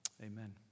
Amen